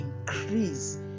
increase